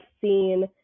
seen